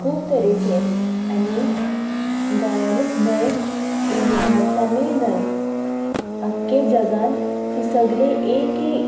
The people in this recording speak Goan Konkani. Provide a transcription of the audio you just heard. खूब तरेचें आनी गोंयानूच न्हय भारतानूय न्हय आख्खें जगान तें सगलें एक एक